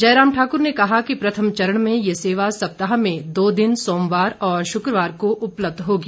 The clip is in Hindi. जयराम ठाकुर ने कहा कि प्रथम चरण में ये सेवा सप्ताह में दो दिन सोमवार और शुक्रवार को उपलब्ध होगी